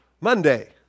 Monday